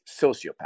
sociopath